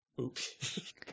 oops